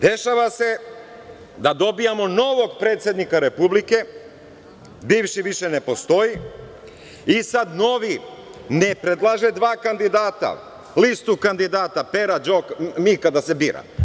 Dešava se da dobijamo novog predsednika Republike, bivši više ne postoji i sada novi ne predlaže dva kandidata, listu kandidata, Pera, Mika da se bira.